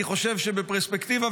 אני חושב שבפרספקטיבה,